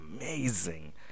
amazing